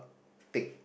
tick